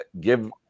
give